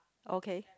okay